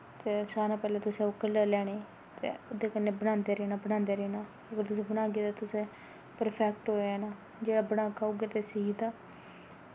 ते सारें शा पैह्ले तुसें ओह् कल्लर लैने ओह्दै कन्नै बनांदे रौह्ना बनांदे रौह्ना अगर तुस बनागे तां तुसें प्रफैक्ट होई जाना जेह्ड़ा बनागा ते उऐ ते सिखदा